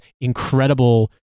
incredible